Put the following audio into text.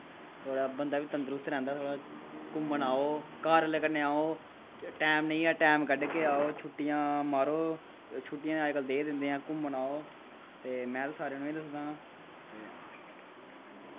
थोह्ड़ा बंदा बी तंदरुस्त रैंह्दा थोह्ड़ा घूमन आओ घर आह्लें कन्नै आओ टैम नेईं ऐ टैम कड्डियै के आओ छुट्टियां मारो छुट्टियां अज्ज कल देई गै दिंदे ऐ घूमन आओ ते में ता सारेआं नूं एह् दसदां